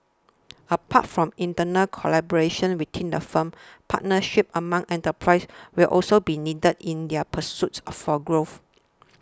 apart from internal collaboration within the firm partnerships among enterprises will also be needed in their pursuit or for growth